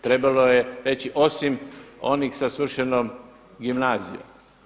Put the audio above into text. Trebalo je reći osim onih sa svršenom gimnazijom.